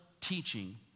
teaching